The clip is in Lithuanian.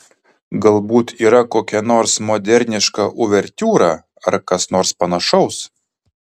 galbūt yra kokia nors moderniška uvertiūra ar kas nors panašaus